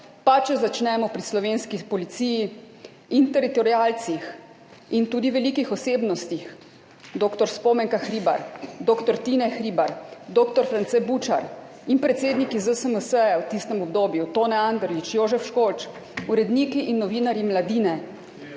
Pa če začnemo pri slovenski policiji, teritorialcih in tudi velikih osebnostih – dr. Spomenka Hribar, dr. Tine Hribar, dr. France Bučar in predsedniki ZSMS, v tistem obdobju Tone Anderlič, Jožef Školč, uredniki in novinarji Mladine